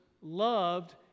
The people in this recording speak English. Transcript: loved